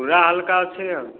ପୁରା ହାଲକା ଅଛି ଆଉ